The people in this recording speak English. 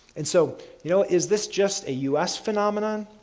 and so you know is this just a us phenomenon?